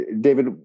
David